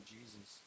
Jesus